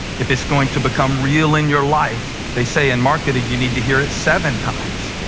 if it's going to become real in your life, they say in marketing you need to hear it seven times.